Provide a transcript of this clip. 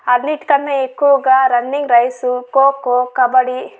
అన్నిటికన్నా ఎక్కువగా running race khokho kabaddi